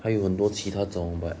还有很多其它种 but